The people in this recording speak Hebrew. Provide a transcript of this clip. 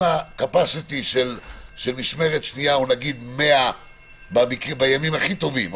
אם הקיבולת של משמרת שנייה היא נגיד 100 בימים הכי טובים,